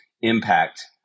impact